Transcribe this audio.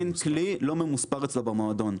אין כלי לא ממוספר אצלו במועדון.